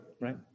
right